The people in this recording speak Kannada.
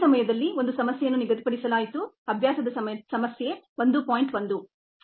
ಈ ಸಮಯದಲ್ಲಿ ಒಂದು ಸಮಸ್ಯೆಯನ್ನು ನಿಗದಿಪಡಿಸಲಾಗಿತು ಅಭ್ಯಾಸದ ಸಮಸ್ಯೆ 1